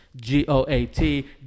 G-O-A-T